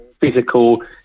physical